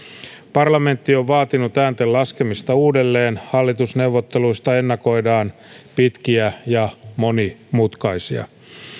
parlamentti on vaatinut äänten laskemista uudelleen hallitusneuvotteluista ennakoidaan pitkiä ja monimutkaisia